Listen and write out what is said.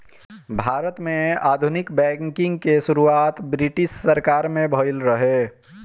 भारत में आधुनिक बैंकिंग के शुरुआत ब्रिटिस सरकार में भइल रहे